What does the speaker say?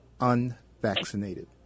unvaccinated